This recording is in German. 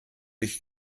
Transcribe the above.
ich